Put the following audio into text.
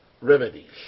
remedies